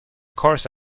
course